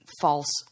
false